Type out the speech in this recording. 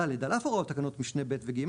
(ד)על אף הוראות תקנות משנה (ב) ו- (ג),